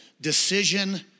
decision